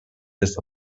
this